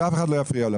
שאף אחד לא יפריע לו.